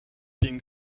being